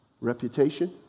Reputation